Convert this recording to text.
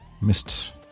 missed